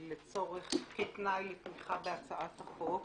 כתנאי לתמיכה בהצעת החוק,